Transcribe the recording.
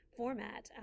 format